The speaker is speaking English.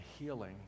healing